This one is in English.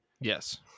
Yes